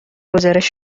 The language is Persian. گزارش